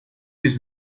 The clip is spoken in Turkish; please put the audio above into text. yüz